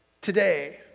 today